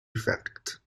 effect